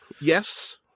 Yes